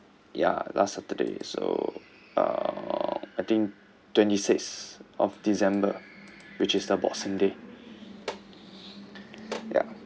ya last saturday so uh I think twenty six of december which is the boxing day ya